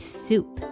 soup